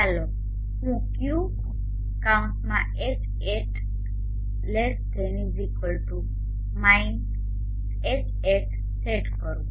ચાલો હું q Hatmin set કરું